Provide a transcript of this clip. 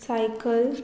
cycle